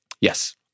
Yes